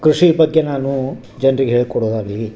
ಕೃಷಿ ಬಗ್ಗೆ ನಾನು ಜನ್ರಿಗೆ ಹೇಳಿಕೊಡೋದಾಗ್ಲಿ